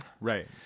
Right